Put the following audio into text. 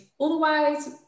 Otherwise